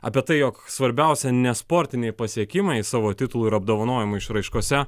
apie tai jog svarbiausia ne sportiniai pasiekimai savo titulų ir apdovanojimų išraiškose